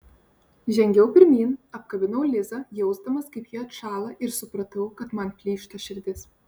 žengiau pirmyn apkabinau lizą jausdamas kaip ji atšąla ir supratau kad man plyšta širdis